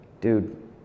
Dude